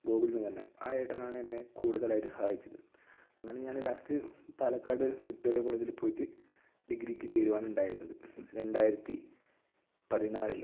ഗോകുൽ എന്ന് പറഞ്ഞ ആ ഏട്ടനാണ് എന്നെ കൂടുതലായിട്ട് സഹായിച്ചത് അങ്ങനെ ഞാന് ലാസ്റ്റ് പാലക്കാട് വിക്റ്റോറിയ കോളേജില് പോയിട്ട് ഡിഗ്രിയ്ക്ക് ചേരുവാണ് ഉണ്ടായത് രണ്ടായിരത്തി പതിനാലില്